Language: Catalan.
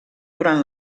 durant